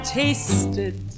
tasted